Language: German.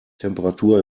temperatur